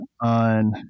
on